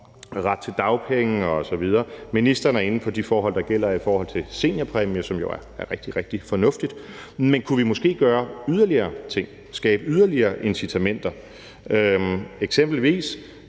ret til dagpenge osv. Ministeren er inde på de forhold, der gælder i forhold til seniorpræmie, som jo er rigtig, rigtig fornuftigt, men kunne vi måske gøre yderligere ting og skabe yderligere incitamenter? Eksempelvis